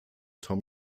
tom